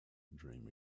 dream